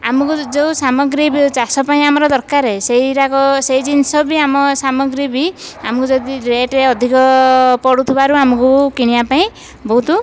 ଆମକୁ ଯେଉଁ ସାମଗ୍ରୀ ଚାଷ ପାଇଁ ଆମର ଦରକାର ସେହି ଗୁଡ଼ାକ ସେହି ଜିନିଷ ବି ଆମ ସାମଗ୍ରୀ ବି ଆମକୁ ଯଦି ରେଟ୍ ଅଧିକ ପଡ଼ୁଥିବାରୁ ଆମକୁ କିଣିବାପାଇଁ ବହୁତ